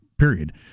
period